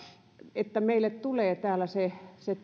että meille tulee täällä se se